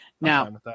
Now